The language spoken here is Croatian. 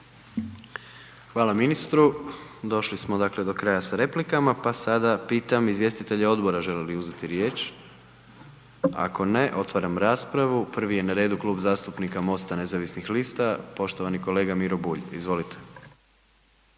Hvala ministru. Došli smo dakle do kraja s replikama, pa sada pitam izvjestitelja odbora želi li uzeti riječ? Ako ne, otvaram raspravu prvi je na redu Klub zastupnika MOST-a nezavisnih lista, poštovani kolega Miro Bulj. Izvolite.